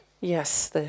Yes